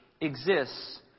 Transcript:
exists